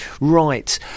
Right